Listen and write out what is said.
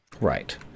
right